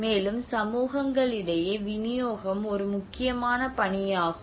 மேலும் சமூகங்களிடையே விநியோகம் ஒரு முக்கியமான பணியாகும்